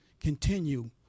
Continue